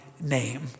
name